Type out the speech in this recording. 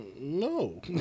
No